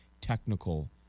technical